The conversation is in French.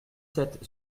sept